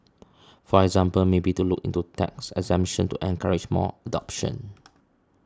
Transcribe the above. for example maybe to look into tax exemption to encourage more adoption